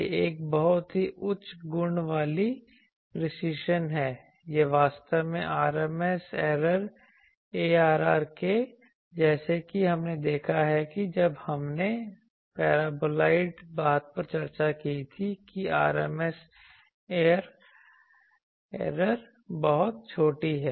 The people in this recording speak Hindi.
यह एक बहुत ही उच्च गुण वाली प्रेसीशन है यह वास्तव में RMS ऐरर है जैसा कि हमने देखा है जब हमने पैराबोलॉयड बात पर चर्चा की थी कि RMS ऐरर बहुत छोटी है